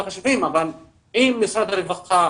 אמנם לא יצאה לדרך,